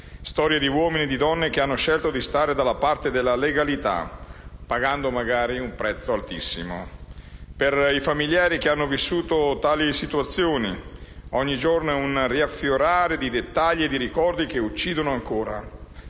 storie di uomini e donne che hanno scelto di stare dalla parte della legalità, pagando magari un prezzo altissimo. Per i familiari che hanno vissuto tali situazioni ogni giorno è un riaffiorare di dettagli e di ricordi che uccidono ancora: